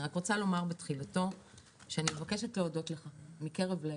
אני רוצה לומר בתחילתו שאני מבקשת להודות לך מקרב לב,